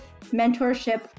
mentorship